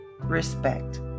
respect